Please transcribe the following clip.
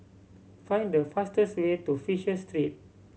find the fastest way to Fisher Street